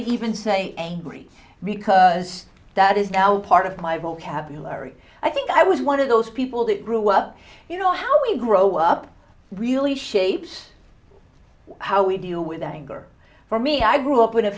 to even say great because that is now part of my vocabulary i think i was one of those people that grew up you know how we grow up really shapes how we deal with anger for me i grew up in a